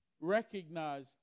recognize